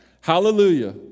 Hallelujah